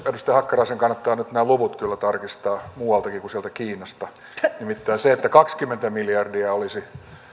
edustaja hakkaraisen kannattaa nyt nämä luvut kyllä tarkistaa muualtakin kuin sieltä kiinasta nimittäin jos kaksikymmentä miljardia olisi